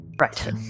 Right